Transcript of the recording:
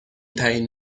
ترین